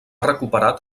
recuperat